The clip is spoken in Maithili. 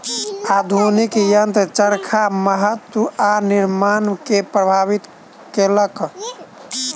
आधुनिक यंत्र चरखा के महत्त्व आ निर्माण के प्रभावित केलक